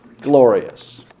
glorious